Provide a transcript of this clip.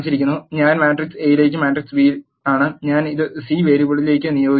ഞാൻ മാട്രിക്സ് എയിലേക്ക് matrix B ആണ് ഞാൻ ഇത് സി വേരിയബിളിലേക്ക് നിയോഗിക്കുന്നു